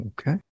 Okay